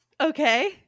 Okay